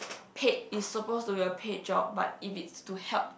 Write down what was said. paid is supposed to be a paid job but if it's to help